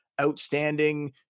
outstanding